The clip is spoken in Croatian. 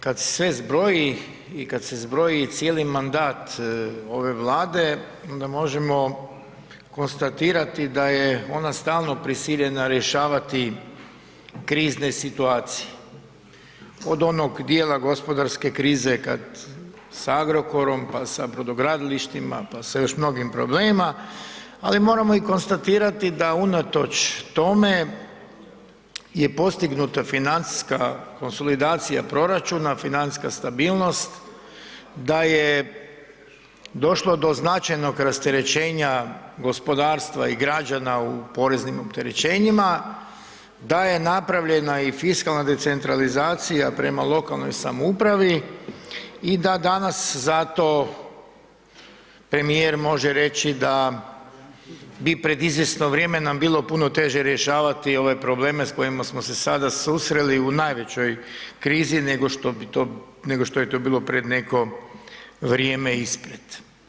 Kada se sve zbroji i kada se zbroji cijeli mandat ove Vlade onda možemo konstatirati da je ona stalno prisiljena rješavati krizne situacije od onog dijela gospodarske krize sa Agrokorom pa sa brodogradilištima, pa sa još mnogim problemima, ali moramo konstatirati da unatoč tome je postignuta financijska konsolidacija proračuna, financijska stabilnost, da je došlo do značajnog rasterećenja gospodarstva i građana u poreznim opterećenjima, da je napravljena i fiskalna decentralizacija prema lokalnoj samoupravi i da danas zato premijer može reći da bi pred izvjesno vrijeme nam bilo puno teže rješavati ove probleme s kojima smo se sada susreli u najvećoj krizi nego što je to bilo pred neko vrijeme ispred.